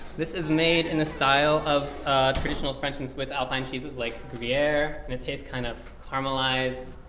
this is made in the style of a traditional french and swiss alpine cheeses like gruyere, and it tastes kind of caramelized.